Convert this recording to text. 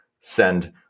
send